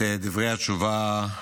דברי התשובה,